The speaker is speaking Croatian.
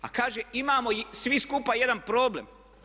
A kaže imamo svi skupa jedan problem.